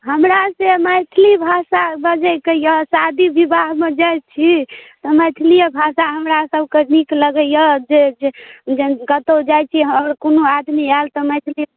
हमरा से मैथिली भाषा बजैके अइ शादी बिआहमे जाइ छी मैथिलिए भाषा हमरासबके नीक लगैए जे जे कतहु जाइ छी आओर कोनो आदमी आएल तऽ मैथिली